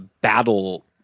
battle